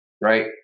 right